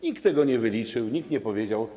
Nikt tego nie wyliczył i nikt nie powiedział.